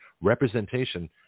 representation